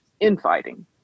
infighting